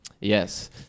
yes